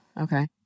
okay